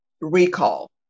recall